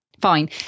Fine